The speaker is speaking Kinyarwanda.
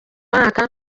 mwaka